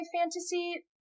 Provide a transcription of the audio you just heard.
fantasy